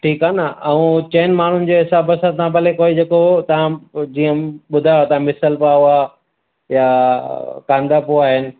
ठीकु आहे न ऐं चइनि माण्हुनि जे हिसाबु सां तव्हां भले कोई जेको तव्हां जीअं ॿुधायो था मिसल पाव आहे या कांदा पोहा आहिनि